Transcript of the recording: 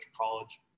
college